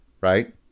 right